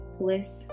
bliss